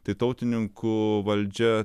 tai tautininkų valdžia